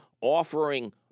offering